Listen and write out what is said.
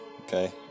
okay